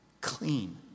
clean